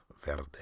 Verde